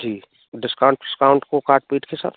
जी discount विस्काउंट को काट पीटकर सर